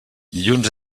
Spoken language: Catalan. dilluns